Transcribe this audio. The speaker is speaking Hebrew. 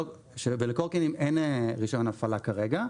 ולקורקינטים אין רישיון הפעלה כרגע.